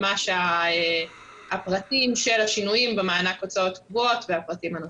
ממש הפרטים של השינויים במענק הוצאות קבועות והפרטים הנוספים.